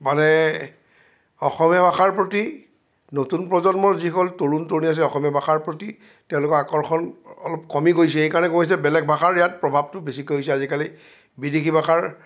মানে অসমীয়া ভাষাৰ প্ৰতি নতুন প্ৰজন্মৰ যিসকল তৰুণ তৰুণী আছে অসমীয়া ভাষাৰ প্ৰতি তেওঁলোকৰ আকৰ্ষণ অলপ কমি গৈছে সেই কাৰণেই কোৱা গৈছে বেলেগ ভাষাৰ ইয়াত প্ৰভাৱটো বেছিকৈ আহিছে আজিকালি বিদেশী ভাষাৰ